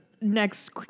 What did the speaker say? Next